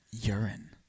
urine